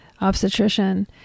obstetrician